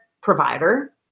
provider